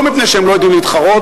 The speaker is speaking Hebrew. לא מפני שהם לא יודעים להתחרות,